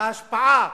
ההשפעה